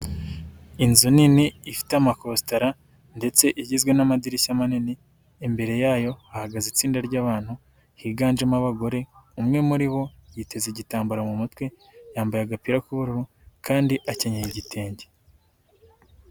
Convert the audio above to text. Inzu nini ifite amakoasitara ndetse igizwe n'amadirishya manini, imbere yayo ahagaze itsinda ry'abantu, higanjemo abagore, umwe muri bo yiteze igitambaro mu mutwe, yambaye agapira k'uburu kandi akenyera igitenge.